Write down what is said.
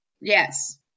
Yes